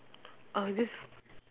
uh this